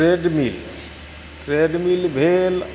trade mill treadmill भेल